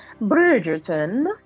Bridgerton